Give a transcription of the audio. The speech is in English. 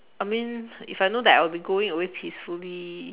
I mean if I know that I'll be going away peacefully